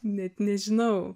net nežinau